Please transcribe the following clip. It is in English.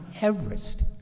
Everest